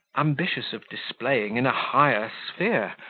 ambitious of displaying in a higher sphere,